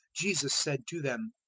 jesus said to them,